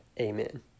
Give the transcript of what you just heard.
Amen